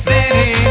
City